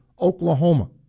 Oklahoma